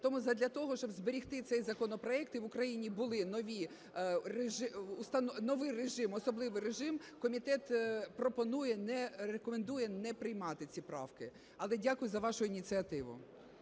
Тому задля того, щоб зберегти цей законопроект і в Україні був новий режим, особливий режим, комітет пропонує, рекомендує не приймати ці правки. Але дякую за вашу ініціативу.